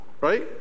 Right